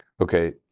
okay